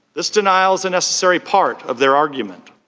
this denial is a necessary part of their argument.